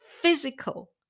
physical